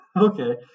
Okay